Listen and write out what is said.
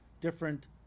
different